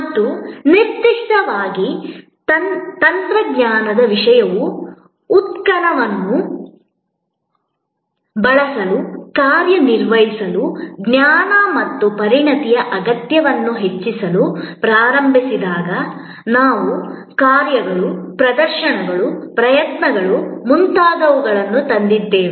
ಮತ್ತು ನಿರ್ದಿಷ್ಟವಾಗಿ ತಂತ್ರಜ್ಞಾನದ ವಿಷಯವು ಉತ್ಪನ್ನಗಳನ್ನು ಬಳಸಲು ಕಾರ್ಯನಿರ್ವಹಿಸಲು ಜ್ಞಾನ ಮತ್ತು ಪರಿಣತಿಯ ಅಗತ್ಯವನ್ನು ಹೆಚ್ಚಿಸಲು ಪ್ರಾರಂಭಿಸಿದಾಗ ನಾವು ಕಾರ್ಯಗಳುಪ್ರದರ್ಶನಗಳು ಪ್ರಯತ್ನಗಳು ಮುಂತಾದವುಗಳನ್ನು ತಂದಿದ್ದೇವೆ